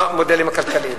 במודלים הכלכליים.